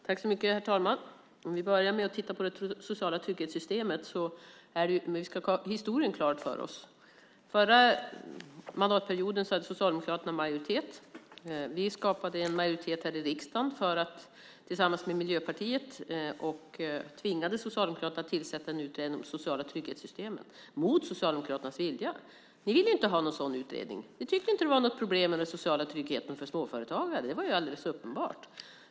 Herr talman! När det till att börja med gäller det sociala trygghetssystemet ska vi ha historien klar för oss. Förra mandatperioden hade Socialdemokraterna majoritet. Vi skapade en majoritet här i riksdagen tillsammans med Miljöpartiet och tvingade Socialdemokraterna mot deras vilja att tillsätta en utredning om de sociala trygghetssystemen. Ni ville inte ha någon sådan utredning. Ni tyckte inte att det var något problem med den sociala tryggheten för småföretagare. Det var alldeles uppenbart.